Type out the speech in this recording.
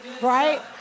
right